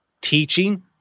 teaching